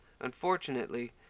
Unfortunately